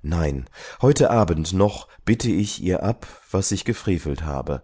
nein heute abend noch bitte ich ihr ab was ich gefrevelt habe